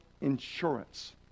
insurance